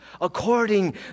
according